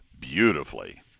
beautifully